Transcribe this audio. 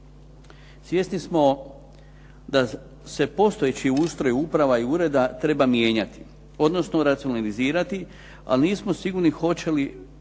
Svjesni smo da se postojeći ustroj uprava i ureda treba mijenjati odnosno racionalizirati, ali nismo sigurni hoće li